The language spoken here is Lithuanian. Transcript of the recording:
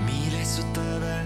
mylėsiu tave